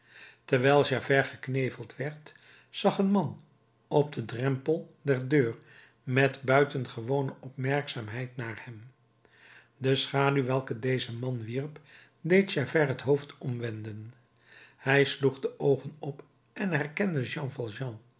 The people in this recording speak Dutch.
terwijl javert gekneveld werd zag een man op den drempel der deur met buitengewone opmerkzaamheid naar hem de schaduw welke deze man wierp deed javert het hoofd omwenden hij sloeg de oogen op en herkende